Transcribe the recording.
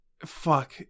fuck